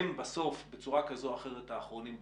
הם בסוף בצורה כזו או אחרת האחרונים בתור,